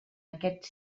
aquests